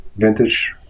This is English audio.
vintage